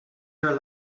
her